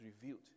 revealed